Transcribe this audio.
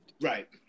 Right